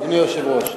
אדוני היושב-ראש,